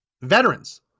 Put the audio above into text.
Veterans